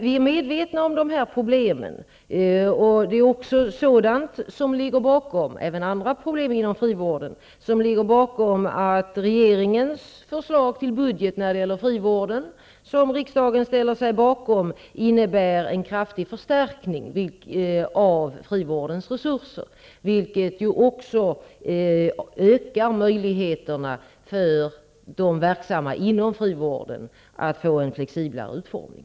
Vi är medvetna om dessa problem och även andra problem inom frivården, vilket ligger till grund för att regeringens förslag till budget beträffande frivården, som riksdagen har ställt sig bakom, innebär en kraftig förstärkning av frivårdens resurser. Detta ökar också möjligheterna för de verksamma inom frivården att åstadkomma en flexiblare utformning.